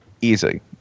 Easy